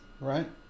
right